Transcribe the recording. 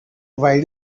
why